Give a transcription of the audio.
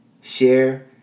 share